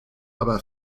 aber